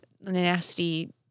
nasty